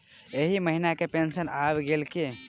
एहि महीना केँ पेंशन आबि गेल की